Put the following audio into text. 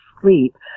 sleep